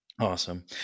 Awesome